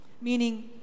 Meaning